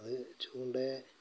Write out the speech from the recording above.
അത് ചൂണ്ടയിൽ